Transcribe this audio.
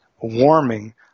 warming